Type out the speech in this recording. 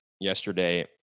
yesterday